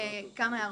יש לי כמה הערות.